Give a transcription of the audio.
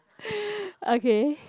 okay